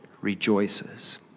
rejoices